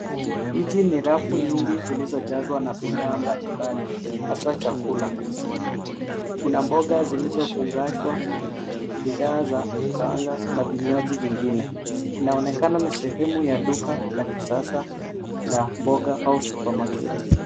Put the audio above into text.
Hizi ni rangi nyingi zilizojazwa na bidhaa mbalimbali hasa chakula. Kuna mboga zilizofungashwa, bidhaa za kukaanga na vinywaji vingine. Inaonekana ni sehemu ya duka la kisasa la mboga au supermarket .